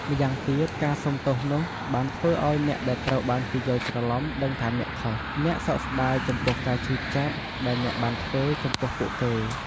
ម្យ៉ាងទៀត ការសុំទោសនោះបានធ្វើឲ្យអ្នកដែលត្រូវបានគេយល់ច្រឡុំដឹងថាអ្នកខុស អ្នកសោកស្ដាយចំពោះការឈឺចាប់ដែលអ្នកបានធ្វើចំពោះពួកគេ។